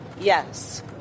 Yes